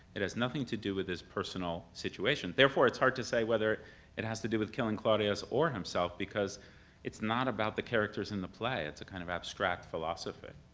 it has nothing to do with his personal situation. therefore it's hard to say whether it has to do with killing claudius or himself, because it's not about the characters in the play. it's a kind of abstract philosophy.